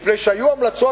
מפני שהיו המלצות,